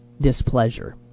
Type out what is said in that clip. displeasure